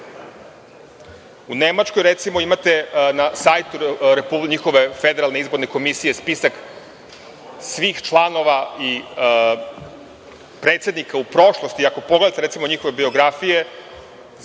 U Nemačkoj, recimo, imate na sajtu njihove federalne izborne komisije spisak svih članova i predsednika u prošlosti. Ako pogledate njihove biografije,